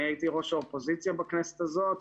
אני הייתי ראש האופוזיציה בכנסת הזאת,